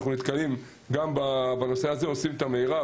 גם בנושא הזה אנחנו עושים את המירב,